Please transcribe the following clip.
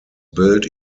built